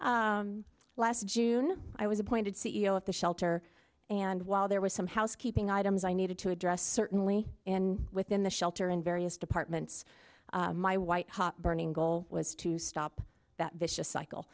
so last june i was appointed c e o of the shelter and while there were some housekeeping items i needed to address certainly within the shelter in various departments my white hot burning goal was to stop that vicious cycle